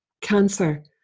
cancer